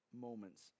moments